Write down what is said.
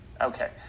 okay